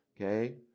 Okay